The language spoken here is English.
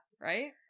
Right